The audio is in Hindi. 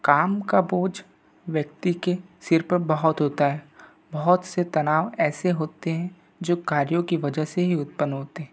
काम का बोझ व्यक्ति के सिर पर बहुत होता है बहुत से तनाव ऐसे होते हैं जो कार्यों की वजह से ही उत्पन्न होते हैं